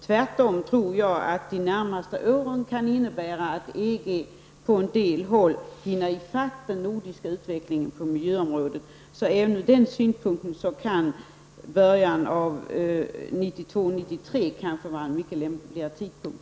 Tvärtom tror jag att de närmaste åren kan innebära att EG på en del håll hinner i fatt den nordiska utvecklingen på miljöområdet. Så även ur den synpunkten kan 1992 eller 1993 vara en mycket lämpligare tidpunkt.